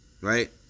Right